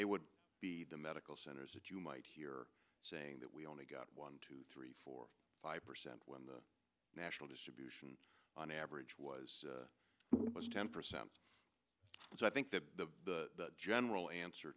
they would be the medical centers that you might hear saying that we only got one two three four five percent when the national distribution on average was ten percent so i think the general answer